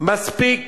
מספיק